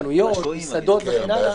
חנויות, מסעדות וכן הלאה.